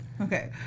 Okay